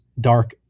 dark